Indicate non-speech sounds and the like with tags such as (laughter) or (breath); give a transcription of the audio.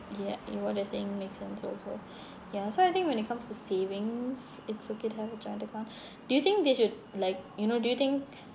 ya you what you're saying make sense also (breath) ya so I think when it comes to saving it's okay to have a joint account (breath) do you think they should like you know do you think